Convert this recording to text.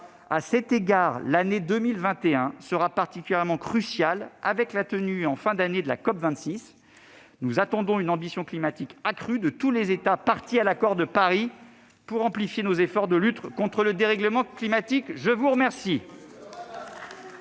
À cet égard, l'année 2021 sera particulièrement cruciale avec la tenue, en fin d'année, de la COP26. Nous attendons une ambition climatique accrue de tous les États parties à l'accord de Paris pour amplifier nos efforts de lutte contre le dérèglement climatique. Et la date